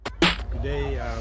Today